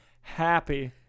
happy